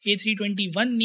A321